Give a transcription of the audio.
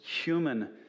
human